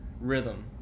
rhythm